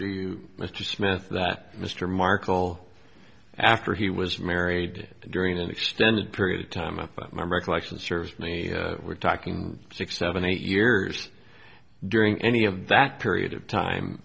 you mr smith that mr markel after he was married during an extended period of time but my recollection serves me we're talking six seven eight years during any of that period of time